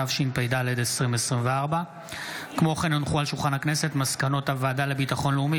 התשפ"ד 2024. מסקנות הוועדה לביטחון לאומי